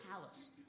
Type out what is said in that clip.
palace